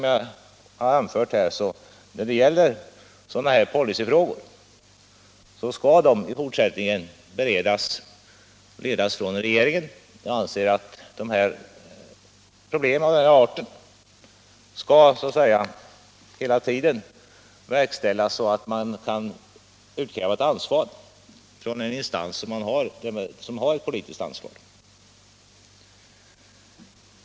Jag har också anfört att sådana här policyfrågor i fortsättningen skall ledas från regeringen. Jag anser att problem av den arten hela tiden skall behandlas på ett sådant sätt att man kan utkräva ett ansvar från en instans som har politiskt ansvar.